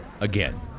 again